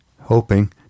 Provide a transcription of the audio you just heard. hoping